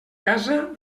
casa